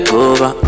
over